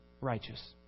righteous